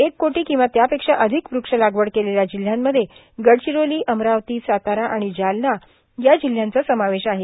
एक कोटी किंवा त्यापेक्षा अधिक वृक्षलागवड केलेल्या जिल्ह्यांमध्ये गडचिरोलीए अमरावतीए सातारा आणि जालना या जिल्ह्यांचा समोवश आहे